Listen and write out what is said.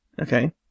Okay